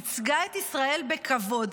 ייצגה את ישראל בכבוד,